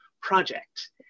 project